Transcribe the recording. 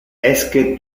esque